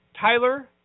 Tyler